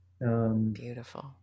beautiful